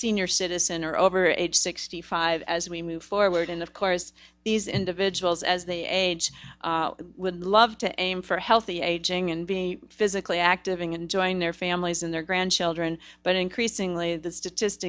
senior citizen or over age sixty five as we move forward and of course these individuals as they age would love to and for healthy aging and being physically active ing enjoying their families and their grandchildren but increasingly the